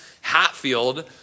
Hatfield